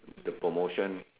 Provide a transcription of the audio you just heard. the promotion